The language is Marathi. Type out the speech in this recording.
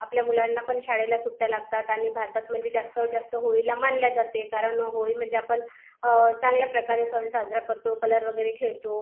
आपल्या मुलांना पण शाळेला सुट्ट्या लागतात आणि भारतात म्हणजे जास्त जास्त होळीला मानले जाते कारण होळी म्हणजे आपण चांगल्या प्रकारे सण साजरा करतो कलर वगैरे खेळतो